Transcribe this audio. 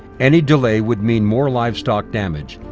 any delay would mean more livestock damage,